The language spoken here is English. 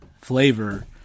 flavor